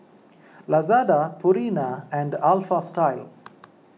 Lazada Purina and Alpha Style